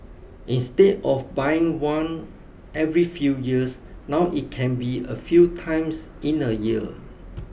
instead of buying one every few years now it can be a few times in a year